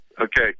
Okay